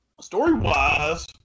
Story-wise